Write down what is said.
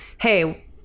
Hey